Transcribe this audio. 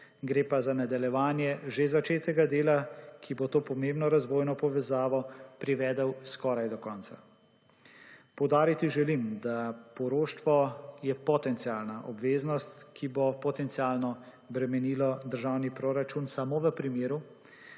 gre pa za nadaljevanje že začetega dela, ki bo to pomembno razvojno povezavo privedel skoraj do konca. Poudariti želim, da poroštvo je potencialna obveznost, ki bo potencialno bremenilo državni proračun, samo v primeru,